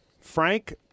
Frank